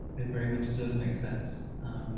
very much does make sense.